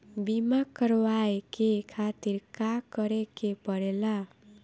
बीमा करेवाए के खातिर का करे के पड़ेला?